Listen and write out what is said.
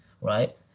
right